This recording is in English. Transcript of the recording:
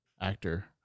actor